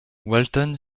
walton